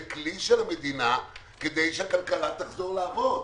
כלי של המדינה כדי שהכלכלה תחזור לעבוד.